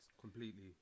completely